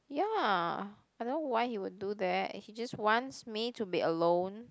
yeah I don't know why he would do that he just wants me to be alone